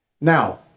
Now